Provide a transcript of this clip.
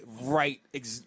right